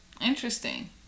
Interesting